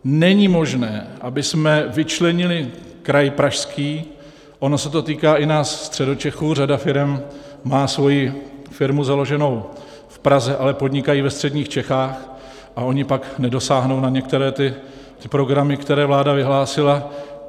Není možné, abychom vyčlenili kraj pražský, ono se týká i nás Středočechů, řada firem má svoji firmu založenou v Praze, ale podnikají ve středních Čechách, a oni pak nedosáhnou na některé programy, které vláda vyhlásila.